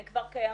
הן כבר קיימות,